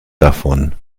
davon